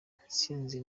intsinzi